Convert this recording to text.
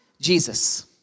Jesus